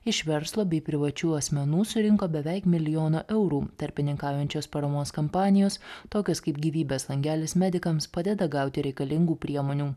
iš verslo bei privačių asmenų surinko beveik milijoną eurų tarpininkaujančios paramos kampanijos tokios kaip gyvybės langelis medikams padeda gauti reikalingų priemonių